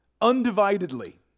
undividedly